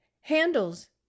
handles